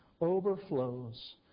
overflows